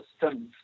systems